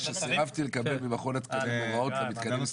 שסירבתי לקבל ממכון התקנים הוראות למתקנים.